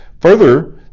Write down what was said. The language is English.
Further